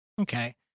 Okay